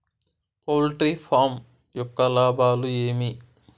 poultry farm యొక్క లాభాలు ఏమి